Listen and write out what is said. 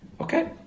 Okay